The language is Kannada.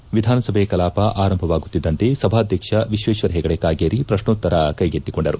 ಬೆಳಗ್ಗೆ ವಿಧಾನಸಭೆ ಕಲಾಪ ಆರಂಭವಾಗುತ್ತಿದ್ದಂತೆ ಸಭಾಧ್ಯಕ್ಷ ವಿಶ್ವೇಶ್ವರ ಹೆಗಡೆ ಕಾಗೇರಿ ಪ್ರಶ್ನೋತ್ತರ ಕ್ಕೆಗೆತ್ತಿಕೊಂಡರು